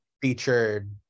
Featured